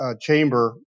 chamber